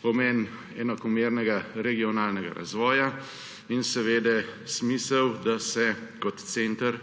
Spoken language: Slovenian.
pomen enakomernega regionalnega razvoja in smisel, da se kot center